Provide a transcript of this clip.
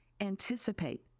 anticipate